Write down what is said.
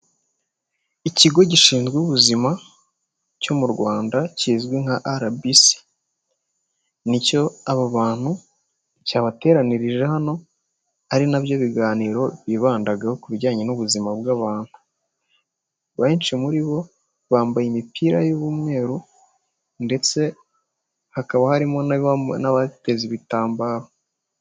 Ikigo gishinzwe ubuzima cyo m'u Rwanda kizwi nka rbc, ni cyo aba bantu cyabateranirije hano ari nabyo biganiro bibandagaho ku bijyanye n'ubuzima bw'abantu, benshi muri bo bambaye imipira y'umweru ndetse hakaba harimo n'abateze ibitambaro.